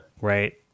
right